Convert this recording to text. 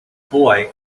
boy